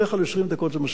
בדרך כלל 20 דקות זה מספיק.